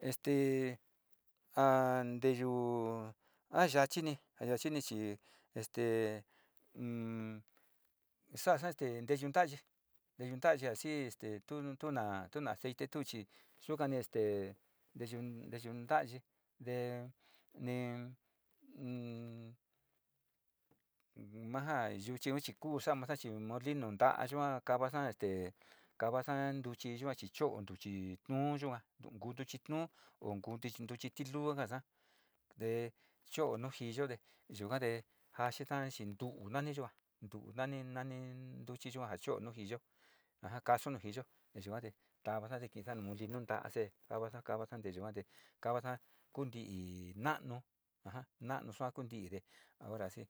Este andeyu a'an yachini aya chichi este xaxa'a chedeyutaye dexaya chi este tuna aceite tuchi xukane este deyun ndeyun ndaye de nen manjan yuchi yuu chikuu xama'a xachi molino tayukan kavaxa este kavaxan nruchu yachi chó nruchi nuyukuan nduu kutin luu ho nruchi ti'luu njakan xa'a, nde cho'o nonjiyote nonjande njachinda chinduna ndeyua tunani nani nruchi yuan chó nojiyo ajan kaxo nojiyo nayikuante tanja ni kinxe molino ndaxe kavaxa kavaxa nreyuate kavaxa ni kean molino nra axe'e kavaxa kavaxa nderioate hi nano ajan nano nuu xuan kuntinde, ahora si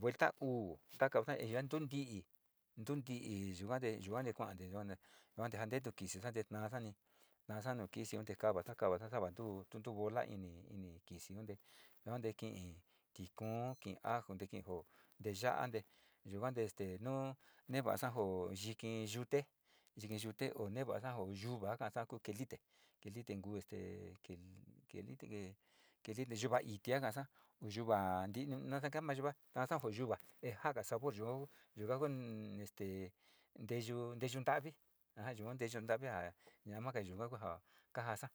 vuelta uu takao xhian iatundi nduti hi yuate yuate kuande njuan kuante yuan ndu kíí xixate ndaxani naxani kitikanta xa'a kavaxa tuu tundu vola ini ini kixi unde yua kin tikon kin ajo ndejinjo ndeyuate yunjande este nuu navan xako ndiki niute ndijenute one'e va'a xaka'ajo yikin niute yute one'e va'a xanjo yuu va'a kuu kelite kelite kuu este kelite ngue ndine yuu va'a iti njakanxa, oyuu nva'a ndii njakajana ngaxa kaxan kuu yuva'a nrii va'axana yugua kaxan kuu yugua ndejaka xau yuuo, yukan nguu este ndeyu ndeyu nravi ajan yute yuu nravi njan ñaka kuaxhia najan kanja xa'a.